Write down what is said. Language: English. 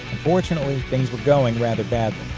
unfortunately, things were going rather badly,